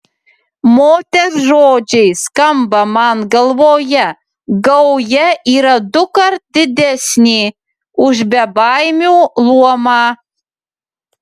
moters žodžiai skamba man galvoje gauja yra dukart didesnė už bebaimių luomą